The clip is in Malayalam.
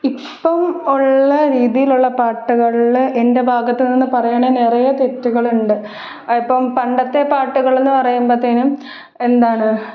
ഇപ്പോള് ഉള്ള രീതിയിലുള്ള പാട്ടുകളില് എന്റെ ഭാഗത്തുനിന്ന് പറയാണെങ്കില് നിറയെ തെറ്റുകളുണ്ട് ഇപ്പോള് പണ്ടത്തെ പാട്ടുകളെന്ന് പറയുമ്പോഴത്തേനും എന്താണ്